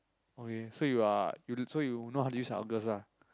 okay so you are you so you know how to use Argus ah